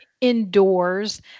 indoors